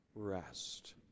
rest